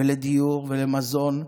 לדיור ולמזון.